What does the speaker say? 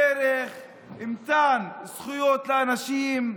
דרך מתן זכויות לאנשים,